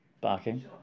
barking